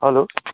hello